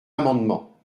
amendement